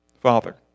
father